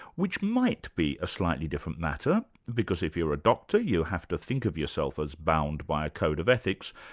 which might be a slightly different matter, because if you're a doctor you have to think of yourself as bound by a code of ethics,